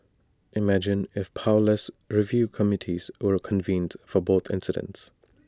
imagine if only powerless review committees were convened for both incidents